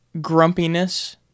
grumpiness